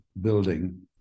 building